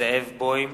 זאב בוים,